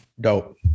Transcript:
Dope